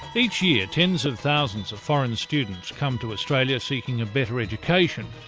each year tens of thousands of foreign students come to australia seeking a better education.